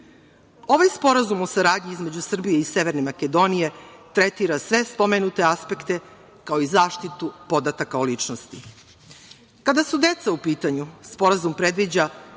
Sporazum o saradnji između Srbije i Severne Makedonije tretira sve spomenute aspekte, kao i zaštitu podataka o ličnosti. Kada su deca u pitanju, sporazum predviđa